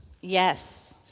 Yes